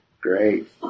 great